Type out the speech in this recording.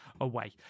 away